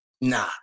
nah